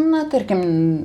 na tarkim